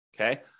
okay